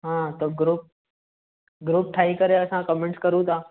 हा त group group ठाहे करे असां कमेंट्स करूं था